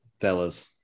fellas